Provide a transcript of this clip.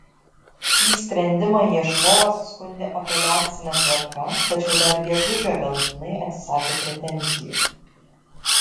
šį sprendimą ieškovas skundė apeliacine tvarka tačiau dar gegužę galutinai atsisakė pretenzijų